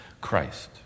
Christ